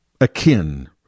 akin